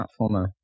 platformer